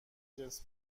جنس